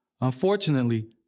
Unfortunately